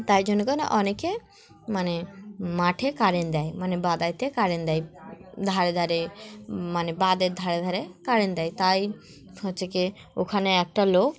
তাই জন্য কেন অনেকে মানে মাঠে কারেন্ট দেয় মানে বাঁধেতে কারেন্ট দেয় ধারে ধারে মানে বাঁধের ধারে ধারে কারেন্ট দেয় তাই হচ্ছে গিয়ে ওখানে একটা লোক